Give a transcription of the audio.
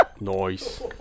nice